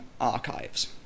archives